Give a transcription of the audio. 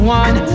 one